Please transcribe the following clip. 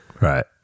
right